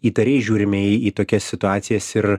įtariai žiūrime į į tokias situacijas ir